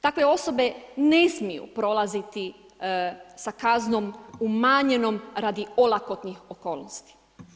Takve osobe ne smiju prolaziti sa kaznom umanjenom radi olakotnih okolnosti.